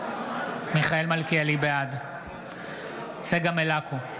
בעד צגה מלקו,